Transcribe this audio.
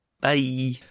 Bye